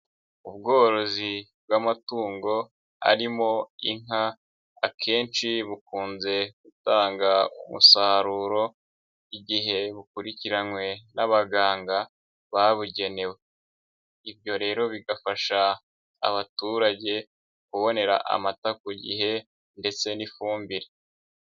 Ubworozi bw'amatungo, arimo inka, akenshi bukunze gutanga umusaruro, igihe bukurikiranywe n'abaganga babugenewe, ibyo rero bigafasha abaturage, kubonera amata ku gihe ndetse n'ifumbire.